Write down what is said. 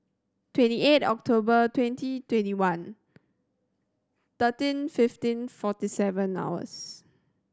twenty eight October twenty twenty one thirteen fifteen forty seven hours